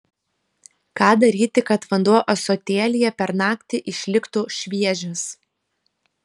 ką daryti kad vanduo ąsotėlyje per naktį išliktų šviežias